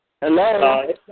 Hello